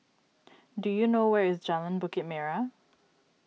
do you know where is Jalan Bukit Merah